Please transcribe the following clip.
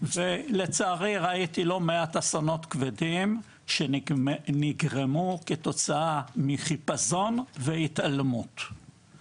ולצערי ראיתי לא מעט אסונות כבדים שנגרמו כתוצאה מחיפזון והתעלמות.